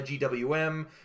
GWM